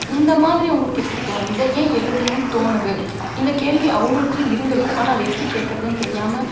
இந்த மாதிரி உங்களுக்கு எப்படி தோணுது இதை ஏன் எழுதணும் தோணுது இந்த கேள்வி அவங்களுக்குள்ள இருந்துருக்கும் ஆனால் அது எப்படி கேட்கறதுன் தெரியாமல்